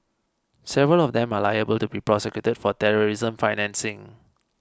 several of them are liable to be prosecuted for terrorism financing